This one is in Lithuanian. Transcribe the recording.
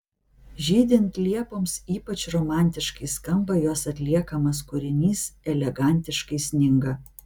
žydint liepoms ypač romantiškai skamba jos atliekamas kūrinys elegantiškai sninga